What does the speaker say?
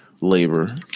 labor